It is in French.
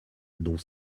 dont